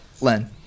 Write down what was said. Len